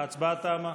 ההצבעה תמה.